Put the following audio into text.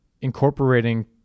incorporating